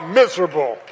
miserable